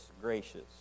gracious